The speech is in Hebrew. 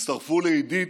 הצטרפו לעידית,